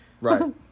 Right